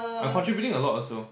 I'm contributing a lot also